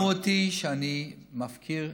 והאשימו אותי שאני מפקיר.